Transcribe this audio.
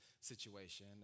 situation